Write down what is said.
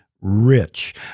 rich